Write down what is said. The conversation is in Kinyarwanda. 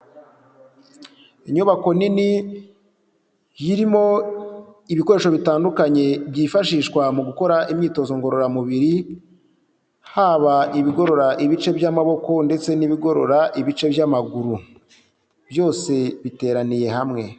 Inyubako nini irimo ibikoresho bitandukanye byifashishwa mu gukora imyitozo ngororamubiri, haba ibigorora ibice by'amaboko ndetse n'ibigorora ibice by'amaguru, byose biteraniye hamwe.